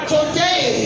Today